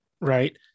right